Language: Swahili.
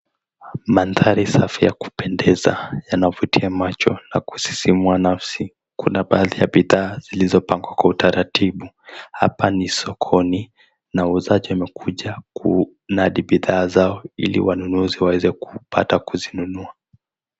Mandhari safi ya kupendeza na kuvutia macho na kusisimua nafsi. Kuna mahali pa bidhaa zilizopangwa kwa utaratibu. Hapa ni sokoni na wauzaji wamekuja kunadi bidhaa zao ili wanunuzi waweza kupata kuzinunua.